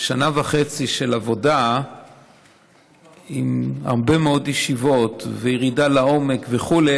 שנה וחצי של עבודה עם הרבה מאוד ישיבות וירידה לעומק וכו'.